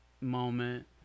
moment